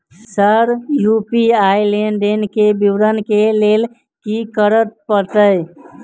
Sir UPI लेनदेन केँ विवरण केँ लेल की करऽ परतै?